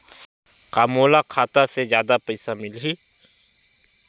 का मोला खाता से जादा पईसा मिलही?